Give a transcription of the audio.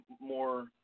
more